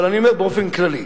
אבל אני אומר באופן כללי,